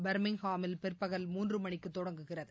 பர்மிங்ஹாமில் பிற்பகல் மூன்று மணிக்குத் தொடங்குகிறது